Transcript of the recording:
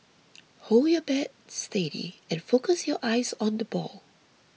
hold your bat steady and focus your eyes on the ball